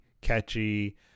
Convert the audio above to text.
catchy